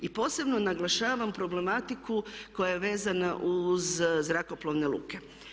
I posebno naglašavam problematiku koja je vezana uz zrakoplovne luke.